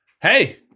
hey